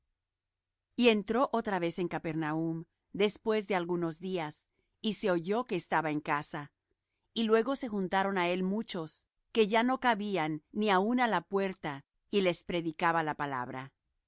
y entro otra vez en capernaum después de algunos días y se oyó que estaba en casa y luego se juntaron á él muchos que ya no cabían ni aun á la puerta y les predicaba la palabra